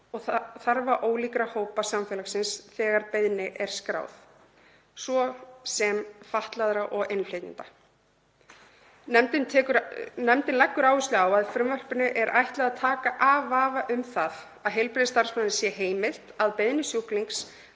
og þarfa ólíkra hópa samfélagsins þegar beiðni er skráð, svo sem fatlaðs fólk og innflytjenda. Nefndin leggur áherslu á að frumvarpinu er ætlað að taka af vafa um það að heilbrigðisstarfsmanni sé heimilt, að beiðni sjúklings,